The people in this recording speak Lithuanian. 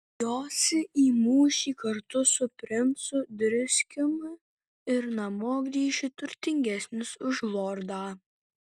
josi į mūšį kartu su princu driskiumi ir namo grįši turtingesnis už lordą